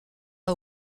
pas